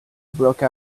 broke